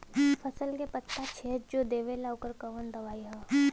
फसल के पत्ता छेद जो देवेला ओकर कवन दवाई ह?